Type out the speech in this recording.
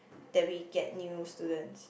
that we get new students